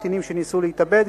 קטינים שניסו להתאבד,